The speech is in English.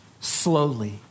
slowly